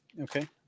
Okay